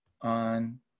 on